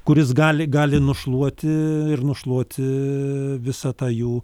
kuris gali gali nušluoti ir nušluoti visą tą jų